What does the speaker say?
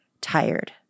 tired